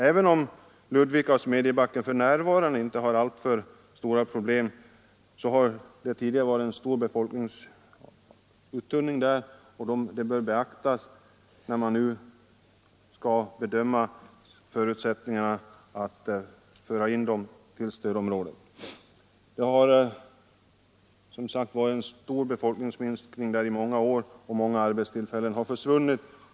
Även om Ludvika och Smedjebacken för närvarande inte har alltför stora problem har där tidigare varit en stor befolkningsuttunning, som bör beaktas när man skall bedöma behovet av att föra dem till det allmänna stödområdet. Befolkningsminskningen har, som sagt, varit stor i många år och många arbetstillfällen har försvunnit.